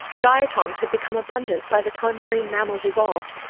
diatoms had become abundant by the time marine mammals evolved,